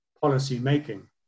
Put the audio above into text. policy-making